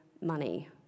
money